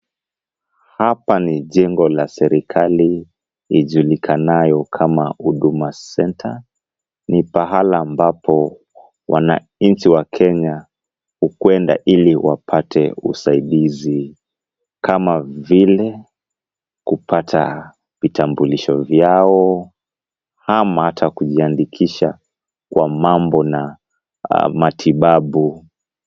Hapa ni jengo la serekali lijulikanayo kama Huduma Center , ni pahala ambapo wananchi wa wakenya hukwenda ili wapate usaidizi kama vile :kupata vitambulisho vyao ama hata kujiandikisha kwa mambo na matibabu.